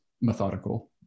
methodical